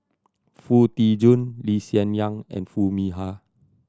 Foo Tee Jun Lee Hsien Yang and Foo Mee Har